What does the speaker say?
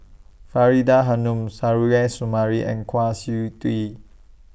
Faridah Hanum Suzairhe Sumari and Kwa Siew Tee